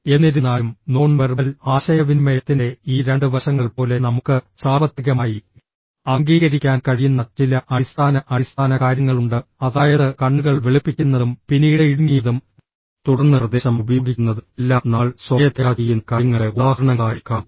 എന്നിരുന്നാലും non verbal ആശയവിനിമയത്തിന്റെ ഈ രണ്ട് വശങ്ങൾ പോലെ നമുക്ക് സാർവത്രികമായി അംഗീകരിക്കാൻ കഴിയുന്ന ചില അടിസ്ഥാന അടിസ്ഥാന കാര്യങ്ങളുണ്ട് അതായത് കണ്ണുകൾ വെളുപ്പിക്കുന്നതും പിന്നീട് ഇടുങ്ങിയതും തുടർന്ന് പ്രദേശം ഉപയോഗിക്കുന്നതും എല്ലാം നമ്മൾ സ്വമേധയാ ചെയ്യുന്ന കാര്യങ്ങളുടെ ഉദാഹരണങ്ങളായി കാണിക്കുന്നു